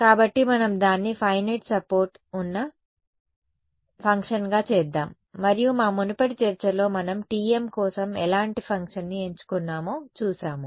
కాబట్టి మనం దాన్ని ఫినైట్ సపోర్ట్ ఉన్న ఫంక్షన్ గా చేద్దాం మరియు మా మునుపటి చర్చలో మనం T m కోసం ఎలాంటి ఫంక్షన్ని ఎంచుకున్నామో చూశాము